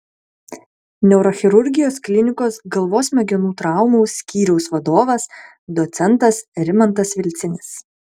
neurochirurgijos klinikos galvos smegenų traumų skyriaus vadovas docentas rimantas vilcinis